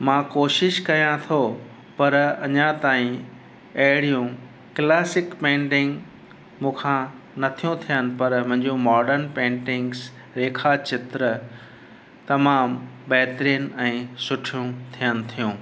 मां कोशिशि कयां थो पर अञा ताईं अहिड़ियूं क्लासिक पेटिंग मूंखां नथियूं थियनि पर मुंहिंजियूं मॉडन पेटिंग्स रेखाचित्र तमामु बहितरीनु ऐं सुठियूं थियनि थियूं